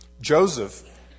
Joseph